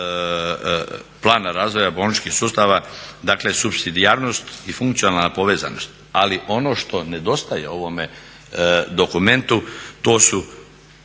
plana razvoja bolničkih sustava dakle supsidijarnost i funkcionalna povezanost ali ono što nedostaje ovome dokumentu to su